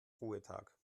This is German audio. ruhetag